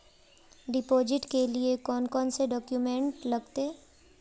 Deposit के लिए कौन कौन से डॉक्यूमेंट लगते?